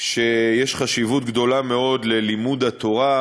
שיש חשיבות גדולה מאוד ללימוד התורה,